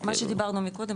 מה שדיברנו מקודם,